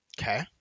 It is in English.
Okay